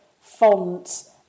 font